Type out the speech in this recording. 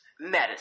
medicine